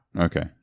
Okay